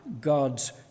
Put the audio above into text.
God's